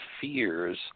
fears